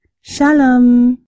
Shalom